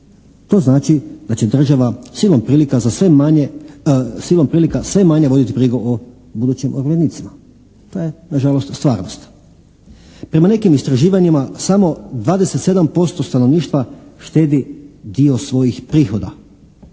To znači da će država silom prilika sve manje voditi brigu o budućim umirovljenicima. To je nažalost stvarnost. Prema nekim istraživanjima samo 27% stanovništva štedi dio svojih prihoda.